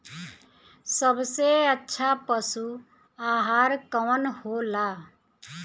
सबसे अच्छा पशु आहार कवन हो ला?